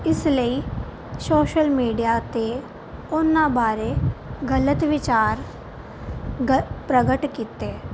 ਇਸ ਲਈ social media 'ਤੇ ਉਹਨਾਂ ਬਾਰੇ ਗਲਤ ਵਿਚਾਰ ਗ ਪ੍ਰਗਟ ਕੀਤੇ